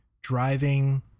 driving